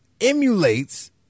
emulates